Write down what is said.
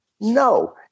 no